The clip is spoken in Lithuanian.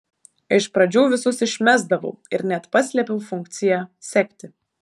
iš pradžių visus išmesdavau ir net paslėpiau funkciją sekti